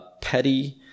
petty